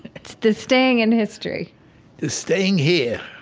it's the staying in history the staying here.